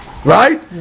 Right